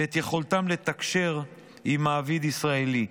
ואת יכולתם לתקשר עם מעביד ישראלי.